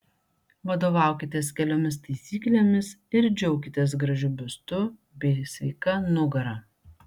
vadovaukitės keliomis taisyklėmis ir džiaukitės gražiu biustu bei sveika nugara